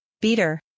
Beater